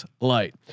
Light